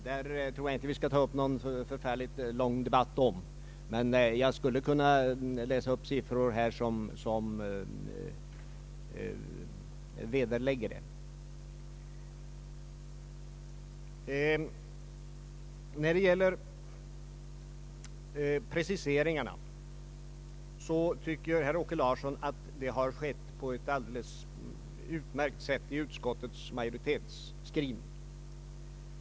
Där tror jag inte att vi skall ta upp någon lång debatt, men jag skulle kunna läsa upp siffror som vederlägger herr Larssons uttalande. När det gäller preciseringarna tycker herr Åke Larsson att de har gjorts på ett alldeles utmärkt sätt i utskottsmajoritetens skrivning.